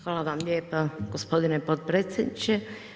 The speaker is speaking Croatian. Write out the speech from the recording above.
Hvala vam lijepa gospodine potpredsjedniče.